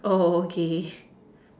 okay